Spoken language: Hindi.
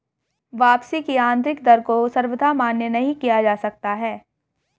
वापसी की आन्तरिक दर को सर्वथा मान्य नहीं किया जा सकता है